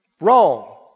wrong